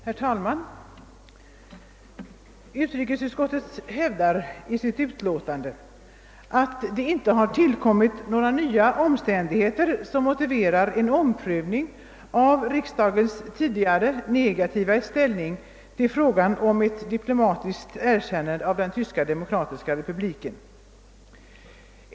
Herr talman! Utrikesutskottet hävdar i sitt utlåtande, att det inte har tillkommit några nya omständigheter som motiverar en omprövning av riksdagens tidigare negativa ställningstagande i frågan om ett diplomatiskt erkännande av Tyska demokratiska republiken.